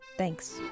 Thanks